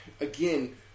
again